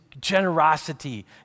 generosity